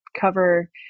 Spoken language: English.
cover